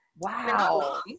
Wow